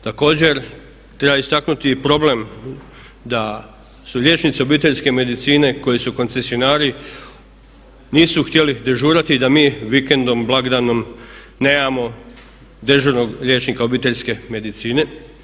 Također treba istaknuti i problem da su liječnici obiteljske medicine koji su koncesionari nisu htjeli dežurati da mi vikendom, blagdanom nemamo dežurnog liječnika obiteljske medicine.